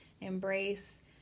embrace